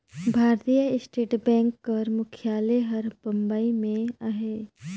भारतीय state bank कर मुख्यालय हर बंबई में अहे